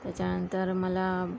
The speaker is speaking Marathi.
त्याच्यानंतर मला